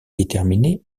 déterminé